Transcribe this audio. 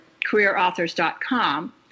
careerauthors.com